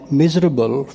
miserable